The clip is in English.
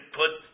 put